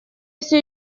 все